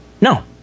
No